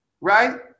right